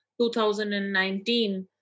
2019